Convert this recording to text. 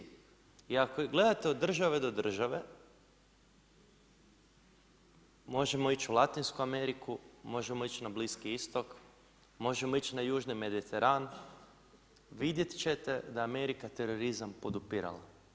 I ako gledate od države do države, možemo ići u Latinsku Ameriku, možemo ići na Bliski Istok, možemo ići na Južni Mediteran, vidjet ćete da Amerika terorizam podupirala.